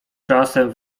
czasem